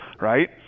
right